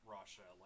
Russia